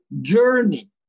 journey